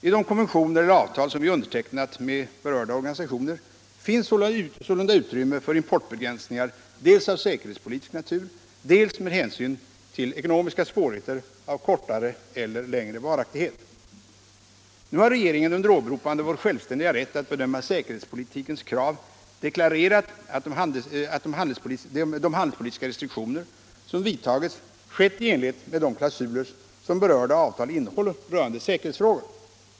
I de konventioner eller avtal som vi undertecknat med berörda organisationer finns sålunda utrymme för importbegränsningar dels av säkerhetspolitisk natur, dels med hänsyn till ekonomiska svårigheter av kortare eller längre varaktighet. Nu har regeringen under åberopande av vår självständiga rätt att bedöma säkerhetspolitikens krav deklarerat att de handelspolitiska restriktioner som vidtagits skett i enlighet med de klausuler som berörda avtal innehåller rörande säkerhetsfrågor.